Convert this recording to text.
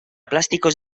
plásticos